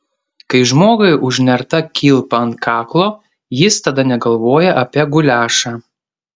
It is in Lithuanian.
kai žmogui užnerta kilpa ant kaklo jis tada negalvoja apie guliašą